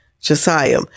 Josiah